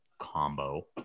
combo